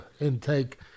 intake